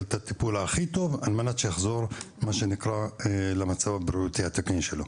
את הטיפול הטוב ביותר על מנת שיחזור למצב הבריאותי התקין שלו.